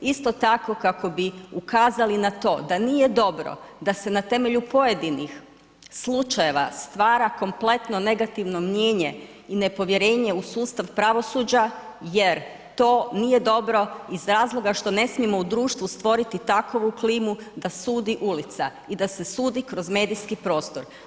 Isto tako, kako bi ukazali na to da nije dobro da se na temelju pojedinih slučajeva stvara kompletno negativno mnijenje i nepovjerenje u sustav pravosuđa jer to nije dobro iz razloga što ne smijemo u društvu stvoriti takvu klimu da sudi ulica i da se sudi kroz medijski prostor.